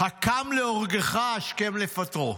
"הקם להורגך, השכם לפטרו".